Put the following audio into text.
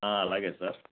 అలాగే సార్